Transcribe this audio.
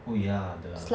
oh ya the